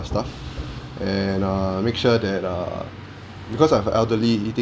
stuff and err make sure that uh because I have elderly eating